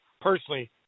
personally